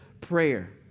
prayer